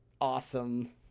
awesome